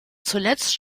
zuletzt